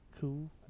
Cool